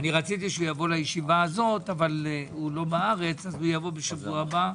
רציתי שיבוא לישיבה הזאת אבל הוא בחו"ל אז יבוא בשבוע הבא.